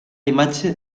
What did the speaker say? imatge